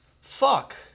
Fuck